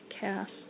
cast